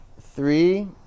three